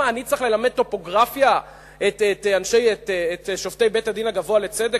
מה אני צריך ללמד טופוגרפיה את שופטי בית-הדין הגבוה לצדק?